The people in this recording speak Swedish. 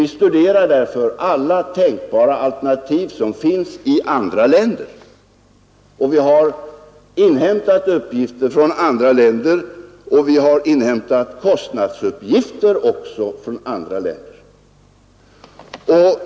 Vi studerar därför alla tänkbara alternativ som finns i andra länder, och vi har inhämtat uppgifter från andra länder och vi har inhämtat kostnadsuppgifter också från andra länder.